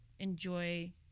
enjoy